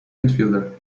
midfielder